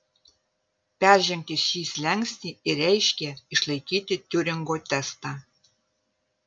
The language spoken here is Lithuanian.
peržengti šį slenkstį ir reiškė išlaikyti tiuringo testą